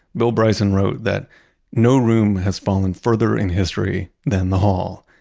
bill bryson wrote that no room has fallen further in history than the hall.